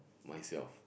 myself